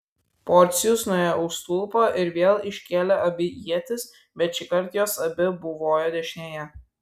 porcijus nuėjo už stulpo ir vėl iškėlė abi ietis bet šįkart jos abi buvojo dešinėje